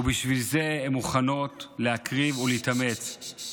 ובשביל זה הן מוכנות להקריב ולהתאמץ.